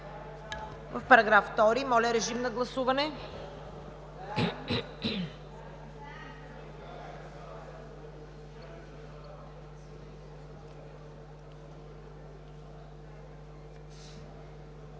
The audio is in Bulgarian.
параграф. Моля, режим на гласуване.